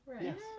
Yes